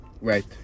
Right